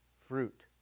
fruit